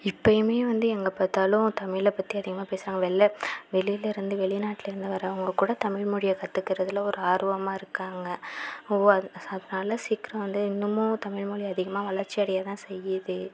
இப்போயுமே வந்து எங்கே பார்த்தாலும் தமிழை பற்றி அதிகமாக பேசுறாங்க வெளியில வெளியில இருந்து வெளிநாட்டுலருந்து வர்றவங்க கூட தமிழ் மொழியை கற்றுக்குறதுல ஒரு ஆர்வமாக இருக்காங்க அதனால சீக்கிரம் வந்து இன்னுமும் தமிழ் மொழி அதிகமாக வளர்ச்சி அடைய தான் செய்யுது